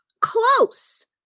close